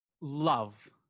love